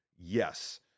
yes